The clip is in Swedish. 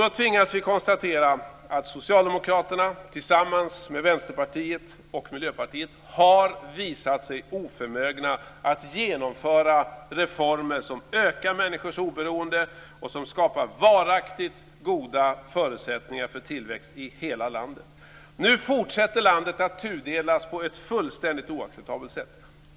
Då tvingas vi konstatera att Socialdemokraterna tillsammans med Vänsterpartiet och Miljöpartiet har visat sig oförmögna att genomföra reformer som ökar människors oberoende och som skapar varaktigt goda förutsättningar för tillväxt i hela landet. Nu fortsätter landet att tudelas på ett fullständigt oacceptabelt sätt.